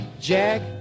Jack